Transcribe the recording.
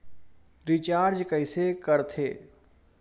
Recharge कइसे कर थे?